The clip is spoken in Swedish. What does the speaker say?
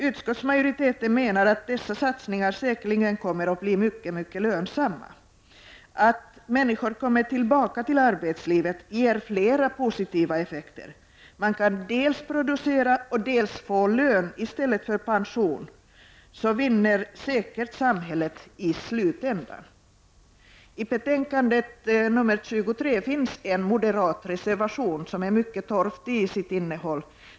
Utskottsmajoriteten menar att dessa satsningar säkerligen kommer att bli lönsamma. Att människor kommer tillbaka till arbetslivet ger flera positiva effekter. Kan man dels producera, dels få lön i stället för pension, vinner säkerligen samhället i slutändan. I betänkande 23 finns en moderat reservation med mycket torftigt innehåll.